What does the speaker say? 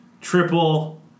Triple